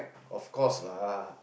of course lah